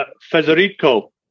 Federico